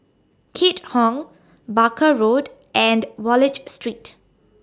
Keat Hong Barker Road and Wallich Street